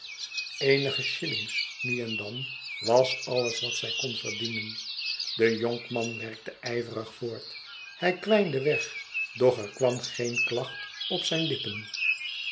eenige shillings nn en dan was alles wat zij kon verdienen de jonkman werkte ijverig voort hij kwijnde weg doch er kwam geen klacht op zijn lippen